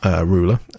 ruler